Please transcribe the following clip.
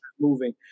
moving